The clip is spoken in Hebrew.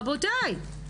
רבותי,